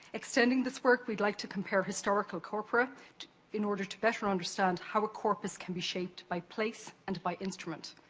extending this work, we'd like to compare historical corpora in order to better understand how a corpus can be shaped by place and by instrument.